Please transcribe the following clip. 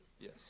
Yes